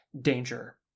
danger